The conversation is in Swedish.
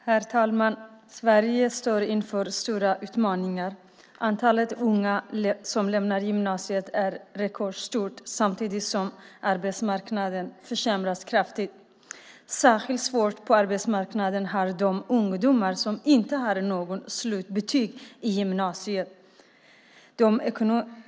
Herr talman! Sverige står inför stora utmaningar. Antalet unga som lämnar gymnasiet är rekordstort samtidigt som arbetsmarknaden försämras kraftigt. Särskilt svårt på arbetsmarknaden har de ungdomar som inte har något slutbetyg från gymnasiet.